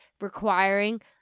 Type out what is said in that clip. requiring